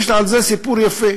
יש על זה סיפור יפה,